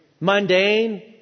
mundane